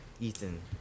Ethan